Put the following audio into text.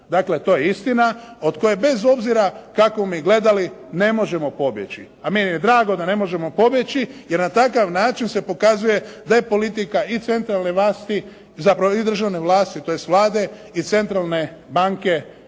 Dakle, to je istina od koje bez obzira kako mi gledali ne možemo pobjeći. A meni je drago da ne možemo pobjeći, jer na takav način se pokazuje da je politika i centralne vlasti, zapravo i državne vlasti tj. Vlade i Centralne banke